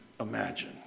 imagine